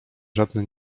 żadne